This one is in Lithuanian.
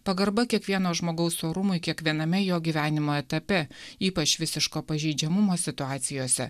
pagarba kiekvieno žmogaus orumui kiekviename jo gyvenimo etape ypač visiško pažeidžiamumo situacijose